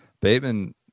Bateman